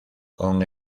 con